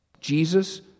Jesus